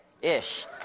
ish